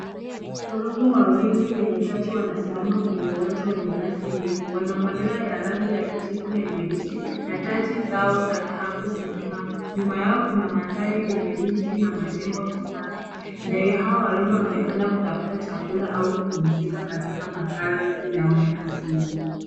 Korongo wawili wenye taji wanasimama kwenye uwanja wenye nyasi ndefu. Wana manyoya ya rangi ya kijivu na nyeusi na taji zao za dhahabu zinang'aa. Nyuma yao kuna mandhari yenye miti na majengo ya mbali. Ndege hawa warembo wanaonekana kutafuta chakula au kupumzika katika makazi yao ya asili.